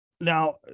Now